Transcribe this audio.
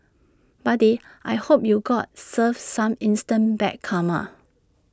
buddy I hope you got served some instant bad karma